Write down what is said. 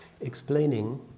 explaining